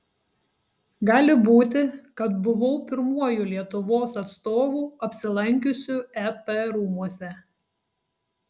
gali būti kad buvau pirmuoju lietuvos atstovu apsilankiusiu ep rūmuose